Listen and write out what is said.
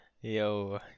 Yo